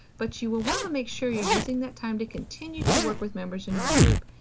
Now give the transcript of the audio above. but you will want to make sure you're using that time to continue to work with members in your group,